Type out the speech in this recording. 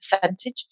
percentage